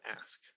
ask